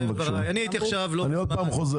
לטווח בינוני-ארוך, ואני יודע שכל מי שהשקיע